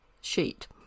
sheet